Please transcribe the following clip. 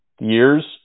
years